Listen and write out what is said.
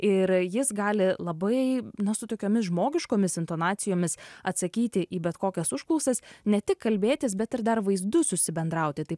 ir jis gali labai na su tokiomis žmogiškomis intonacijomis atsakyti į bet kokias užklausas ne tik kalbėtis bet ir dar vaizdu susibendrauti tai